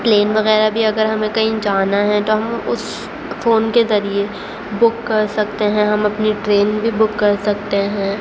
plane وغیرہ بھی اگر ہمیں کہیں جانا ہے تو ہم اس فون کے ذریعے بک کر سکتے ہیں ہم اپنی ٹرین بھی بک کر سکتے ہیں